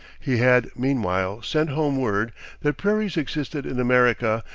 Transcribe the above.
he had, meanwhile, sent home word that prairies existed in america,